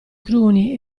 cruni